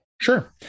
Sure